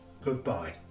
goodbye